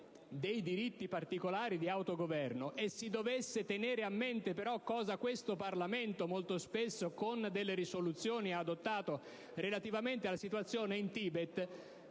dei diritti particolari di autogoverno e si dovesse tenere a mente, però, cosa questo Parlamento molto spesso con delle risoluzioni ha adottato relativamente alla situazione in Tibet,